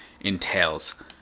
entails